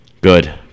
Good